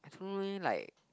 don't know leh like